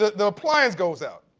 the appliance goes out.